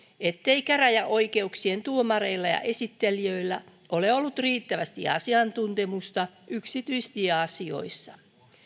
ettei käräjäoikeuksien tuomareilla ja esittelijöillä ole ollut riittävästi asiantuntemusta yksityistieasioissa